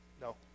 no